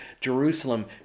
Jerusalem